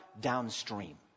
downstream